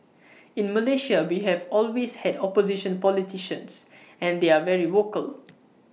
in Malaysia we have always had opposition politicians and they are very vocal